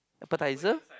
appetizer